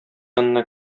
янына